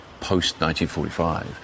post-1945